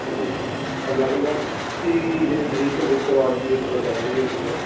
ਅਤੇ ਅਲੱਗ ਅਲੱਗ ਤੁਸੀਂ ਵੀ ਜਿਵੇਂ ਤਰੀਕ ਬੁੱਕ ਕਰਵਾ ਦਿੰਦੇ ਤਾਂ ਥੋੜ੍ਹਾ ਜ਼ਿਆਦਾ ਵਧੀਆ ਸੀਗਾ